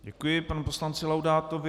Děkuji panu poslanci Laudátovi.